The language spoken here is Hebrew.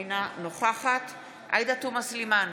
אינה נוכחת עאידה תומא סלימאן,